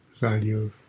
value